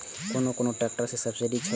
कोन कोन ट्रेक्टर अभी सब्सीडी छै?